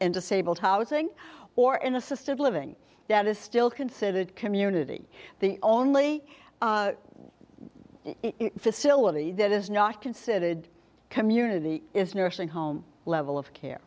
and disabled housing or an assisted living that is still considered community the only facility that is not considered community is nursing home level of care